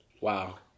Wow